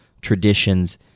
traditions